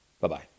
Bye-bye